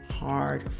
hard